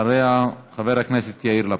אחריה, חבר הכנסת יאיר לפיד.